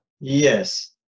yes